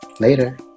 Later